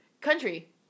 Country